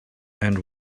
and